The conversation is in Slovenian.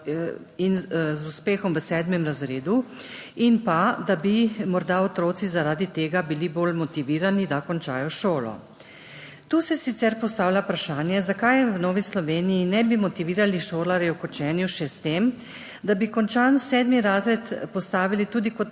in z uspehom v sedmem razredu in da bi morda otroci zaradi tega bili bolj motivirani, da končajo šolo. Tu se sicer postavlja vprašanje, zakaj v Novi Sloveniji ne bi motivirali šolarjev k učenju še s tem, da bi končan sedmi razred postavili tudi kot